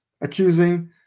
accusing